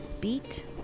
Beat